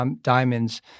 diamonds